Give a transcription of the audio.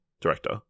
director